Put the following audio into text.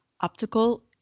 Optical